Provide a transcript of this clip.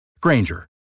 Granger